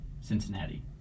Cincinnati